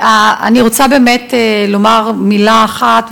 אני רוצה לומר מילה אחת,